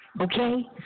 okay